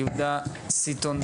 יהודה סטון,